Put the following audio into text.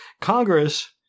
Congress